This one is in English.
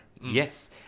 Yes